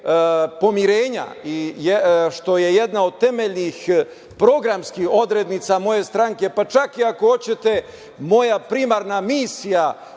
pomirenja, što je jedna od temeljnih programskih odrednica moje stranke, pa čak i ako hoćete, moja primarna misija